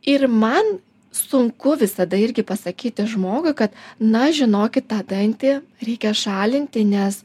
ir man sunku visada irgi pasakyti žmogui kad na žinokit tą dantį reikia šalinti nes